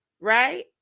right